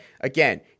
again